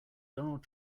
donald